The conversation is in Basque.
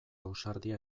ausardia